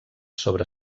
sobre